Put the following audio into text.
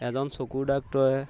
এজন চকুৰ ডাক্টৰে